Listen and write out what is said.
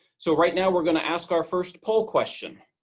so right now we're going to ask our first poll question.